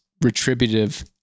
retributive